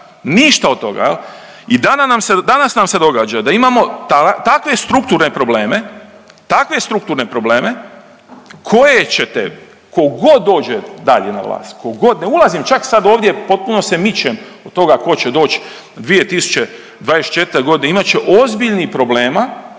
ništa od toga. I danas nam se događa da imamo takve strukturne probleme, takve strukturne probleme koje ćete tko god dođe dalje na vlast, tko god ne ulazim čak sad ovdje potpuno se mičem od toga tko će doći 2024. imat će ozbiljnih problema,